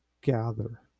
gather